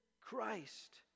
Christ